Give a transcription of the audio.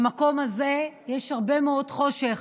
במקום הזה יש הרבה מאוד חושך,